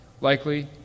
likely